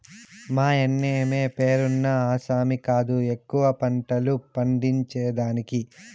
మాయన్నమే పేరున్న ఆసామి కాదు ఎక్కువ పంటలు పండించేదానికి